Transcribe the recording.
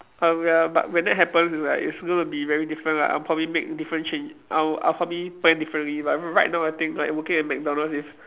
ah we ya but when that happens it's like it's gonna be very different right I'll probably make different change I'll I'll probably plan differently but r~ right now I think like working at McDonald's is